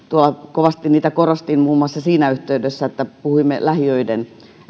kovasti niitä korostin muun muassa siinä yhteydessä että puhuimme lähiöiden